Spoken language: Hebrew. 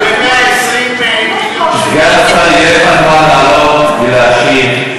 ב-120 מיליון, סגן השר, יהיה לך זמן לעלות ולהשיב.